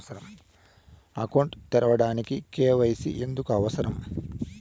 Account తెరవడానికి, KYC ఎందుకు అవసరం?